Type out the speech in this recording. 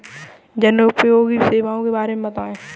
जनोपयोगी सेवाओं के बारे में बताएँ?